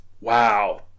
wow